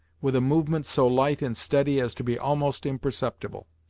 with a movement so light and steady as to be almost imperceptible.